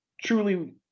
truly